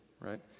right